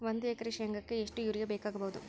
ಒಂದು ಎಕರೆ ಶೆಂಗಕ್ಕೆ ಎಷ್ಟು ಯೂರಿಯಾ ಬೇಕಾಗಬಹುದು?